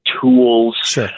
tools